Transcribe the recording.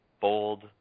bold